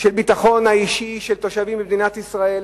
של הביטחון האישי של תושבים במדינת ישראל.